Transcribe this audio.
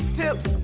tips